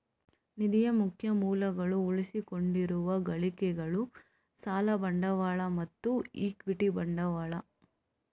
ನಿಧಿಯ ಮುಖ್ಯ ಮೂಲಗಳು ಉಳಿಸಿಕೊಂಡಿರುವ ಗಳಿಕೆಗಳು, ಸಾಲ ಬಂಡವಾಳ ಮತ್ತು ಇಕ್ವಿಟಿ ಬಂಡವಾಳ